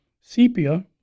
sepia